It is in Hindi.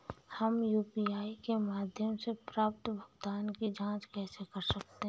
हम यू.पी.आई के माध्यम से प्राप्त भुगतान की जॉंच कैसे कर सकते हैं?